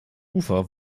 ufer